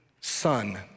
son